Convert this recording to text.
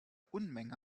unmenge